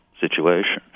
situation